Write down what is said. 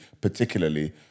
particularly